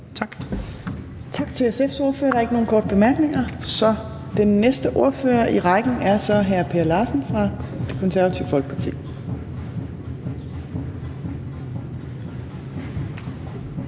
Torp): Tak til SF's ordfører. Der er ikke nogen korte bemærkninger. Så den næste ordfører i rækken er hr. Per Larsen fra Det Konservative Folkeparti.